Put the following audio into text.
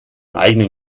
eigenen